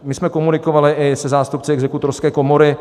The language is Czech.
My jsme komunikovali i se zástupci Exekutorské komory.